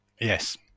Yes